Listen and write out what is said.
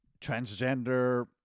transgender